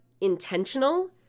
intentional